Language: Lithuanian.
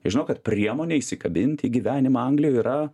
jie žino kad priemone įsikabinti į gyvenimą anglijoje yra